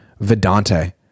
Vedante